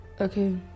Okay